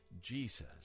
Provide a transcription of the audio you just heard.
Jesus